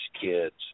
kids